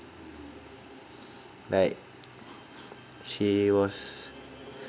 like she was